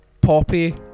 poppy